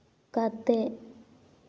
ᱠᱟᱛᱮ